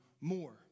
more